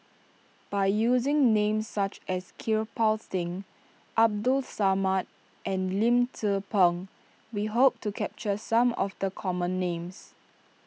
by using names such as Kirpal Singh Abdul Samad and Lim Tze Peng we hope to capture some of the common names